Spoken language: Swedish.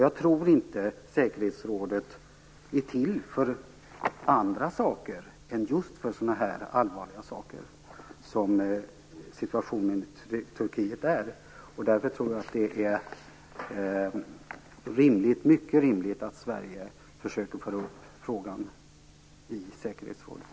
Jag tror inte att säkerhetsrådet är till för annat än just sådana här allvarliga saker som situationen i Turkiet. Därför är det rimligt att Sverige försöker ta upp frågan i säkerhetsrådet.